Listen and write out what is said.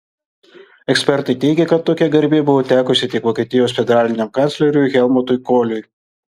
ekspertai teigė kad tokia garbė buvo tekusi tik vokietijos federaliniam kancleriui helmutui koliui